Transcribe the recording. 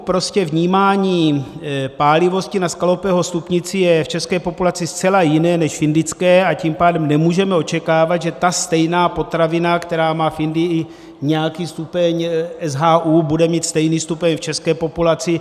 Prostě vnímání pálivosti na Scovilleho stupnici je v české populaci zcela jiné než indické, a tím pádem nemůžeme očekávat, že ta stejná potravina, která má v Indii nějaký stupeň SHU, bude mít stejný stupeň v české populaci.